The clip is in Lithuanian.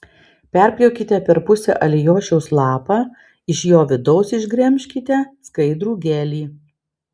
perpjaukite per pusę alijošiaus lapą iš jo vidaus išgremžkite skaidrų gelį